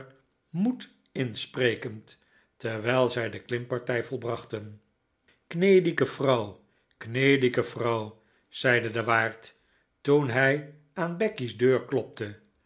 nioed insprekend terwijl zij de klimpartij volbrachten gnadige frau gnadige fran zeide de waard toen hij aan becky's deur klopte